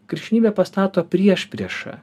krikščionybė pastato priešpriešą